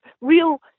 real